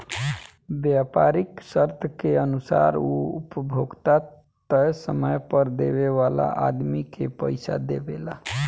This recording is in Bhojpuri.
व्यापारीक शर्त के अनुसार उ उपभोक्ता तय समय पर देवे वाला आदमी के पइसा देवेला